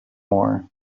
more